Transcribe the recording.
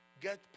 Get